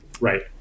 right